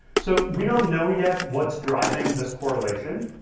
so we don't know yet what's driving this correlation.